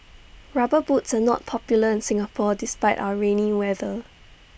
rubber boots are not popular in Singapore despite our rainy weather